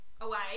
away